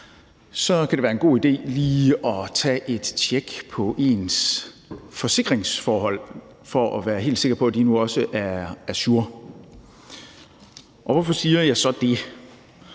kan det være en god idé lige at tage et tjek på sine forsikringsforhold for at være helt sikker på, at de nu også er ajour. Og hvorfor siger jeg så det?